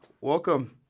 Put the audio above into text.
welcome